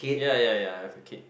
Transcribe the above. ya ya ya I have a kid